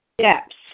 steps